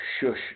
shush